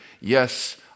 yes